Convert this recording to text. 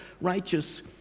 Righteous